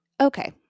okay